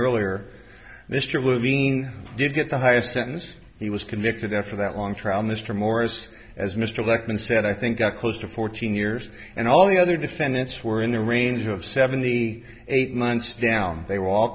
earlier mr levine did get the highest sentence he was convicted and for that long trial mr morris as mr lekman said i think got close to fourteen years and all the other defendants were in the range of seventy eight months down they were all